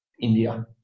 India